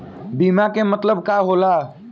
बीमा के मतलब का होला?